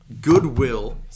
Goodwill